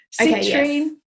Citrine